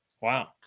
Wow